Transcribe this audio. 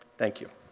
thank you.